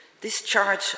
discharge